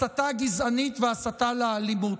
הסתה גזענית והסתה לאלימות.